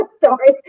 sorry